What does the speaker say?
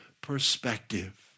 perspective